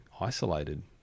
isolated